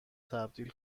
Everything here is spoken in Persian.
تبدیل